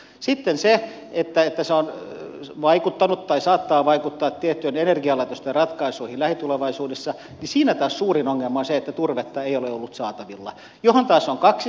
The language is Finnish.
sitten siinä että se on vaikuttanut tai saattaa vaikuttaa tiettyjen energialaitosten ratkaisuihin lähitulevaisuudessa taas suurin ongelma on se että turvetta ei ole ollut saatavilla mihin taas on kaksi syytä